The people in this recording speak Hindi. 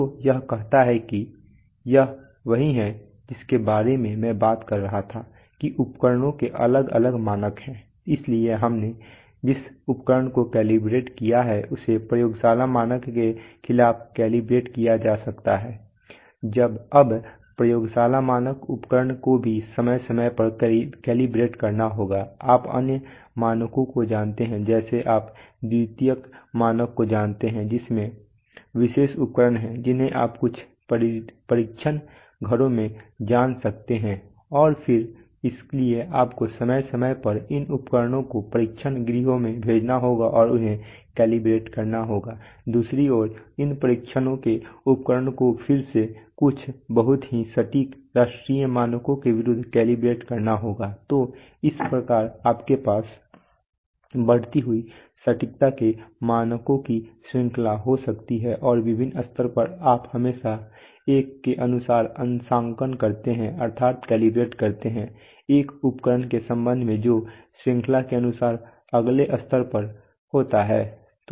तो यह कहता है कि यह वही है जिसके बारे में मैं बात कर रहा था कि उपकरणों के अलग अलग मानक हैं इसलिए हमने जिस उपकरण को कैलिब्रेट किया है उसे प्रयोगशाला मानक के खिलाफ कैलिब्रेट किया जा सकता है अब प्रयोगशाला मानक उपकरण को भी समय समय पर कैलिब्रेट करना होगा आप अन्य मानकों को जानते हैं जैसे आप द्वितीयक मानकों को जानते हैं जिनमें विशेष उपकरण हैं जिन्हें आप कुछ परीक्षण घरों में जान सकते हैं और फिर इसलिए आपको समय समय पर इन उपकरणों को परीक्षण गृहों में भेजना होगा और उन्हें कैलिब्रेट करना होगा दूसरी ओर इन परीक्षणों के उपकरणों को फिर से कुछ बहुत ही सटीक राष्ट्रीय मानकों के विरुद्ध कैलिब्रेट करना होगा तो इस प्रकार आपके पास बढ़ती हुई सटीकता के मानकों की श्रृंखला हो जाती हैं और विभिन्न स्तरों पर आप हमेशा एक के अनुसार अंशांकन करते हैं एक उपकरण के संबंध में जो श्रृंखला के अनुसार अगले स्तर पर होता है